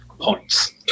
points